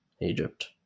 Egypt